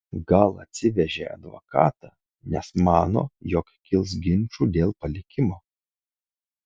gal atsivežė advokatą nes mano jog kils ginčų dėl palikimo